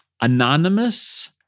anonymous